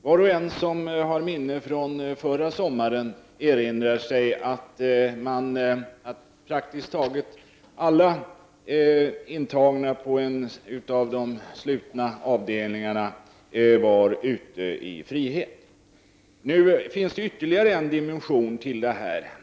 Var och en som har minnen från förra sommaren erinrar sig att praktiskt taget alla intagna på en av de slutna avdelningarna då var ute i frihet. Det finns ytterligare en dimension i denna fråga.